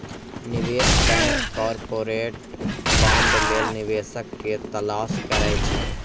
निवेश bank corporate bond लेल निवेशक के तलाश करै छै